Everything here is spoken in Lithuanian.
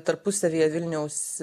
tarpusavyje vilniaus